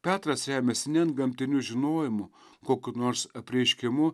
petras remiasi ne antgamtiniu žinojimu kokiu nors apreiškimu